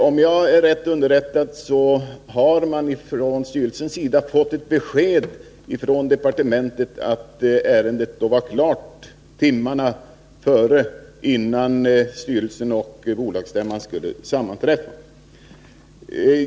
Om jag är riktigt underrättad har styrelsen fått ett besked från departementet att ärendet blev klart timmarna innan styrelsen och bolagsstämman skulle sammanträda.